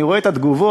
אני רואה את התגובות,